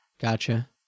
Gotcha